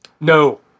No